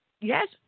yes